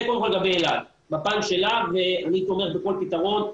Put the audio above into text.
זה קודם כל לגבי אלעד בפן שלה ואני תומך בכל פתרון,